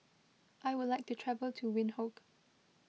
I would like to travel to Windhoek